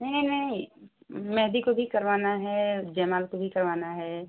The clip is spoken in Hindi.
नहीं नहीं महंदी को भी करवाना है जमाल को भी करवाना है